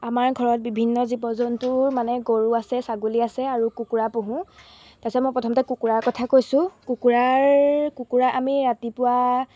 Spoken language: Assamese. আমাৰ ঘৰত বিভিন্ন জীৱ জন্তুৰ মানে গৰু আছে ছাগলী আছে আৰু কুকুৰা পোহো তাৰপিছত মই প্ৰথমতে কুকুৰাৰ কথা কৈছোঁ কুকুৰাৰ কুকুৰা আমি ৰাতিপুৱা